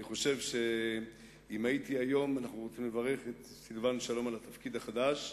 אנחנו רוצים לברך את סילבן שלום על התפקיד החדש.